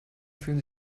fühlen